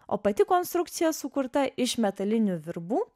o pati konstrukcija sukurta iš metalinių virbų